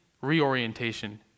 reorientation